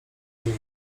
kniei